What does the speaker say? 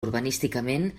urbanísticament